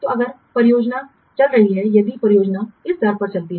तो अगर परियोजना चाल है यदि परियोजना इस दर पर चलती है